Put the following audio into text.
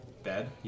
bed